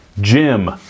Jim